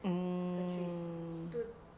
mm